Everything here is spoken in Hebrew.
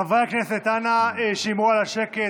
חברי הכנסת, אנא שמרו על השקט.